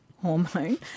hormone